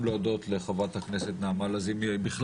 היום כדי להודות לחברת הכנסת נעמה לזימי על